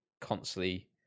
constantly